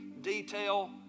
detail